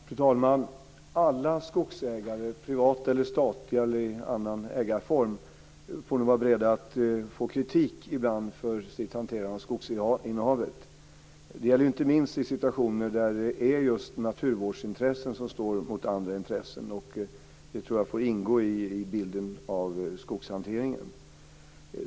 Fru talman! Alla skogsägare, privata, statliga eller med annan ägarform, får vara beredda att få kritik ibland för sitt hanterande av skogsinnehavet. Det gäller inte minst i situationer där naturvårdsintressen står mot andra intressen. Det tror jag får ingå i bilden av skogshanteringen.